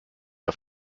auf